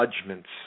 judgments